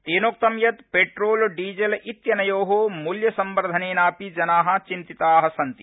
तेनोक्तं यत् petrol diesel इत्यनयो मूल्य संवर्धनेनापि जना चिन्तिता सन्ति